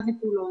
הא ותו לא.